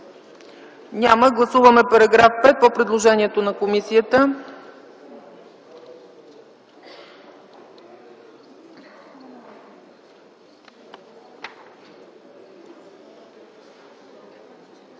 Няма. Гласуваме § 10 по предложението на комисията.